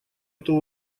эту